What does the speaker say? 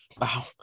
Wow